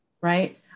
right